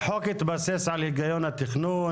החוק מתבסס על היגיון התכנון,